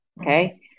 okay